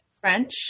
French